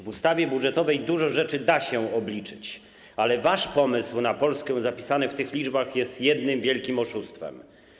W ustawie budżetowej dużo rzeczy da się obliczyć, ale wasz pomysł na Polskę zapisany w tych liczbach jest jednym wielkim oszustwem.